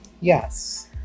Yes